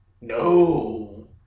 No